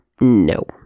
No